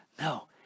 No